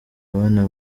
abana